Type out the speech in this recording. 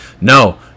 No